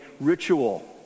ritual